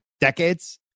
decades